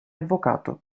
avvocato